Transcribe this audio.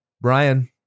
Brian